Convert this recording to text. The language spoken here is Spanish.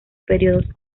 periodos